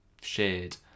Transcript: shared